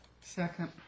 Second